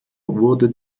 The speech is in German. wurde